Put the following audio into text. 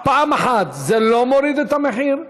זה לא מוריד את המחיר,